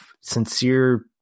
sincere